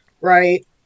right